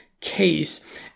case